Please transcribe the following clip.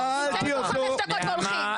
באים לפה חמש דקות והולכים.